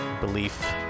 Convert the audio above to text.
belief